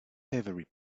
every